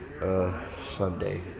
Sunday